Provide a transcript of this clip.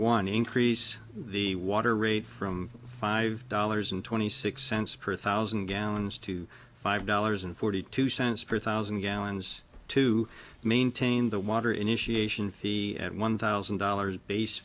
one increase the water rate from five dollars and twenty six cents per thousand gallons to five dollars and forty two cents per thousand gallons to maintain the water initiation fee one thousand dollars base